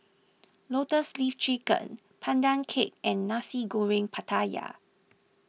Lotus Leaf Chicken Pandan Cake and Nasi Goreng Pattaya